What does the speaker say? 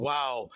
Wow